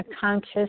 conscious